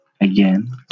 again